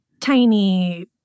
tiny